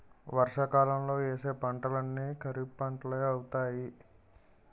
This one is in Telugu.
వర్షాకాలంలో యేసే పంటలన్నీ ఖరీఫ్పంటలే అవుతాయి